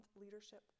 Leadership